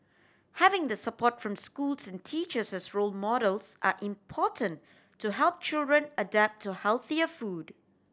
having the support from schools and teachers as role models are important to help children adapt to healthier food